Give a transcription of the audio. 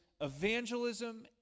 evangelism